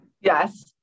Yes